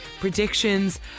predictions